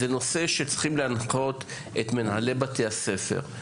זהו נושא שצריכים להנחות לגביו את מנהלי בתי הספר,